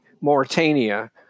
Mauritania